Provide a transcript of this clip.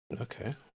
Okay